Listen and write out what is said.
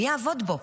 מי יעבוד בו?